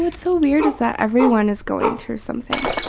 but so weird is that everyone is going through something.